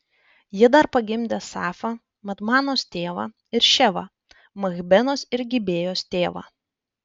ji dar pagimdė safą madmanos tėvą ir ševą machbenos ir gibėjos tėvą